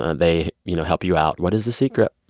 they, you know, helped you out. what is the secret?